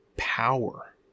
power